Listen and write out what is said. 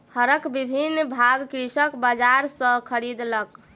हरक विभिन्न भाग कृषक बजार सॅ खरीदलक